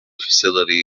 facility